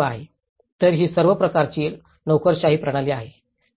तर ही सर्व प्रकारची नोकरशाही प्रणाली आहे